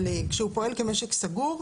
אבל כשהוא פועל כמשק סגור,